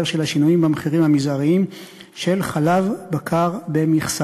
של השינויים במחירים המזעריים של חלב בקר במכסה.